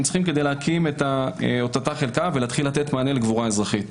צריכים כדי להקים את אותה חלקה ולהתחיל לתת מענה לקבורה אזרחית.